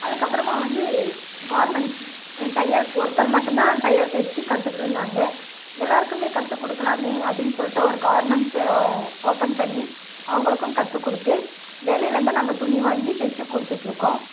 அதுக்கப்புறமா வந்து கார்மெண்ட்ஸ் தையல் ஒருத்தர் மட்டும்தான் தையல் தைச்சி கற்றுட்ருந்தாங்க எல்லாருக்குமே கத்துக்கொடுக்கலாமே அப்படின்னு சொல்ட்டு ஒரு கார்மெண்ட்ஸை ஓப்பன் பண்ணி அவங்களுக்கும் கத்துக்கொடுத்து வெளிலேருந்து நாங்கள் துணி வாங்கி தைச்சி கொடுத்துட்ருக்கோம்